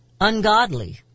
Ungodly